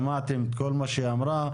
שמעתם את כל מה שהיא אמרה.